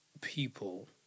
people